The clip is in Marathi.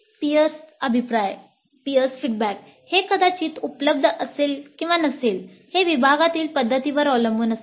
पीअर अभिप्राय हे कदाचित उपलब्ध असेल किंवा नसेल हे विभागातील पद्धतींवर अवलंबून असते